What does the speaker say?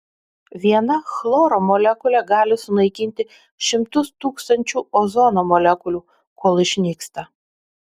viena chloro molekulė gali sunaikinti šimtus tūkstančių ozono molekulių kol išnyksta